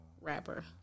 rapper